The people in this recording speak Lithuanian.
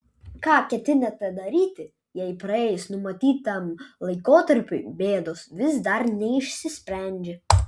ką ketinate daryti jei praėjus numatytam laikotarpiui bėdos vis dar neišsisprendžia